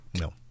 No